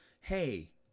hey